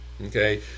Okay